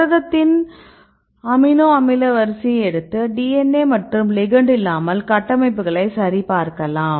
புரதத்தில் அமினோ அமில வரிசையை எடுத்து DNA மற்றும் லிகெண்ட் இல்லாமல் கட்டமைப்புகளை சரி பார்க்கலாம்